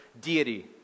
deity